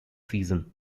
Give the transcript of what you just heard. season